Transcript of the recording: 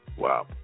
Wow